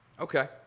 Okay